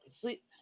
sleep